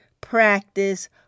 practice